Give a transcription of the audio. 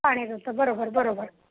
पाणी जातं बरोबर बरोबर